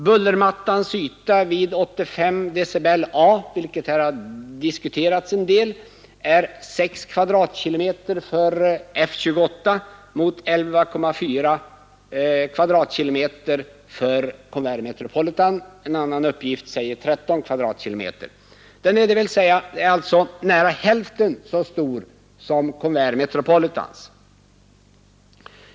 Bullermattans yta vid 85 dBA — vilket här har diskuterats en del — är 6 kvadratkilometer för Fokker F-28 mot 11,4 kvadratkilometer för Convair Metropolitan, dvs. cirka hälften så stor som Convair Metropolitans.